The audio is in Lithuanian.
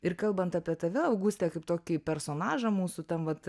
ir kalbant apie tave auguste kaip tokį personažą mūsų tam vat